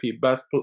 best